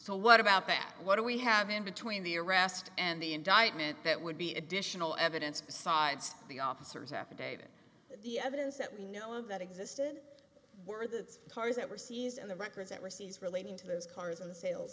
so what about that what do we have in between the arrest and the indictment that would be additional evidence besides the officers affidavit the evidence that we know of that existed were the cars that were seized and the records that were seized relating to those cars and sales